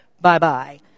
bye-bye